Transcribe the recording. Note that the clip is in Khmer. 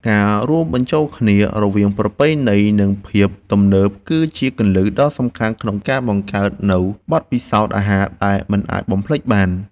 ការរួមបញ្ចូលគ្នារវាងប្រពៃណីនិងភាពទំនើបគឺជាគន្លឹះដ៏សំខាន់ក្នុងការបង្កើតនូវបទពិសោធន៍អាហារដែលមិនអាចបំភ្លេចបាន។